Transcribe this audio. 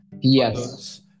Yes